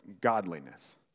godliness